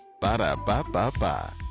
Ba-da-ba-ba-ba